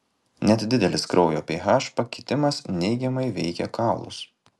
net nedidelis kraujo ph pakitimas neigiamai veikia kaulus